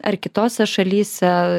ar kitose šalyse